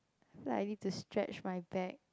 feel like I need to stretch my back